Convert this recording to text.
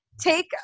take